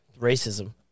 Racism